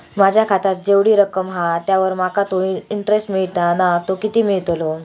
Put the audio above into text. माझ्या खात्यात जेवढी रक्कम हा त्यावर माका तो इंटरेस्ट मिळता ना तो किती मिळतलो?